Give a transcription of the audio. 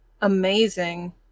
amazing